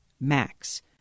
max